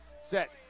Set